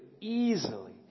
easily